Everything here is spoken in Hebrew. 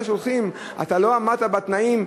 ואז שולחים: אתה לא עמדת בתנאים,